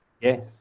Yes